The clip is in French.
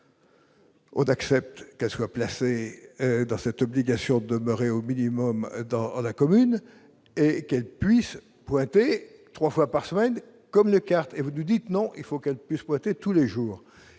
On accepte qu'elle soit placée dans cette obligation demeurer au minimum dans la commune et qu'elle puisse pointer 3 fois par semaine comme le quartier, vous nous dites : non, il faut qu'elle puisse prêter tous les jours,